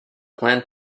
plant